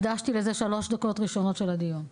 הקדשתי לזה את שלוש הדקות הראשונות של הדיון.